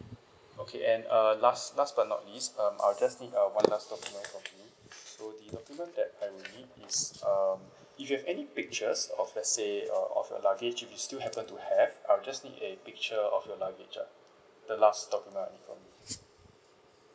okay and uh last last but not least um I'll just need uh one last document for me so the document that I will need is um if you have any pictures of let's say uh of your luggage if you still happen to have I'll just need a picture of your luggage ah the last document I'll need from you